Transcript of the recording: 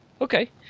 Okay